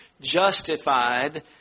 justified